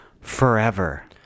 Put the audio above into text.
forever